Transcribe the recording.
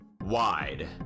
wide